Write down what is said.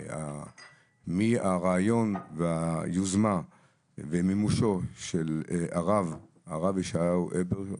מהרעיון והיוזמה ומימושו של הרב ישעיהו הבר,